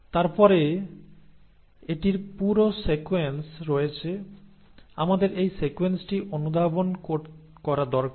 তারপরে এটির পুরো সিকোয়েন্স রয়েছে আমাদের এই সিকোয়েন্সটি অনুধাবন করা দরকার